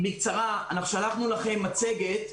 שלחנו לכם מצגת.